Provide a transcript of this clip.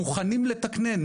מוכנים לתקנן,